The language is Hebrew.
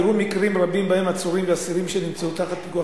אירעו מקרים רבים שבהם עצורים ואסירים שנמצאו תחת פיקוח